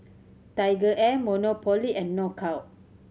TigerAir Monopoly and Knockout